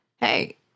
Hey